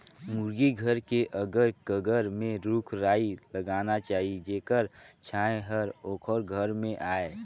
मुरगी घर के अगर कगर में रूख राई लगाना चाही जेखर छांए हर ओखर घर में आय